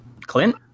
Clint